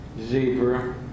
Zebra